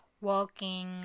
walking